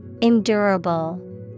Endurable